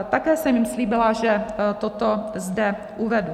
Také jsem jim slíbila, že toto zde uvedu.